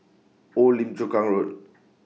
Old Lim Chu Kang Road